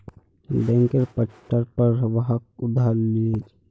बैंकेर पट्टार पर वहाक उधार दिले